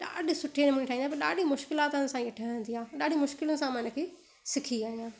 ॾाढे सुठे नमूने ठाईंदो आहियां त ॾाढी मुश्किलातुनि सां हीअ ठहंदी आहे ॾाढी मुश्किल सां मां इन खे सिखी आहियां